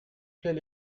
plaît